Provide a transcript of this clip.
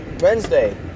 Wednesday